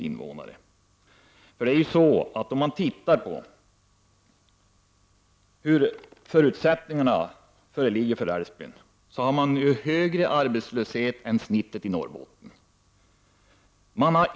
Ser man på Älvsbyns förutsättningar kan man konstatera att det är större arbetslöshet i Älvsbyn än genomsnittsarbetslösheten i Norrbotten.